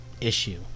issue